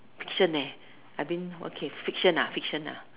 fiction leh I mean okay fiction ah fiction ah